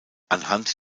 anhand